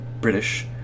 British